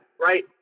right